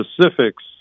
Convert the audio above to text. specifics